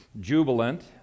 jubilant